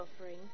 offering